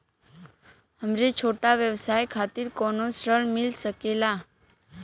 हमरे छोट व्यवसाय खातिर कौनो ऋण मिल सकेला?